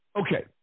Okay